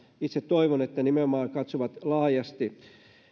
itse toivon että he nimenomaan katsovat laajasti